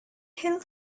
hill